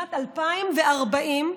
בשנת 2040,